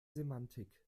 semantik